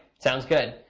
sounds good.